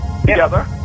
together